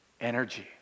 energy